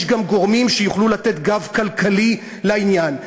יש גם גורמים שיוכלו לתת גב כלכלי לעניין.